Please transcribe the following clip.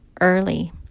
Early